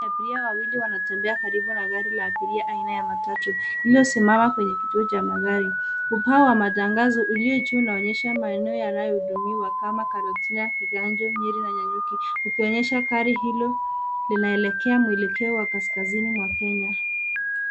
Abiria wawili wanatembea karibu na gari la abiria aina ya matatu lililosimama katika kituo cha gari. Ubao wa matangazo ulio juu unaonyesha maeneo yanayohudumiwa kama Karatina, Kiganjo Nyeri na Nanyuki ukionyesha gari hilo linaelekea mwelekeo wa kaskazini mwa Kenya.